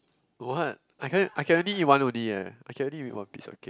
what I can I can only eat one only eh I can only eat one piece of cake